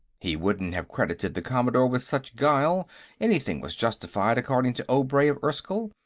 he wouldn't have credited the commodore with such guile anything was justified, according to obray of erskyll,